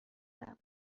هستم